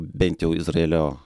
bent jau izraelio